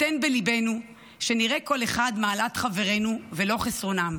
תן בלבנו שנראה כל אחד מעלת חברינו ולא חסרונם,